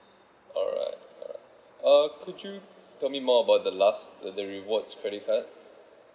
alright uh could you tell me more about the last uh the rewards credit card